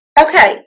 Okay